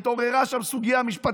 התעוררה שם סוגיה משפטית,